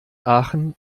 aachen